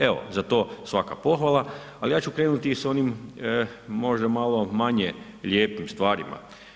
Evo, za to svaka pohvala, ali ja ću krenuti i s onim možda malo manje lijepim stvarima.